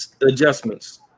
adjustments